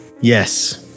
Yes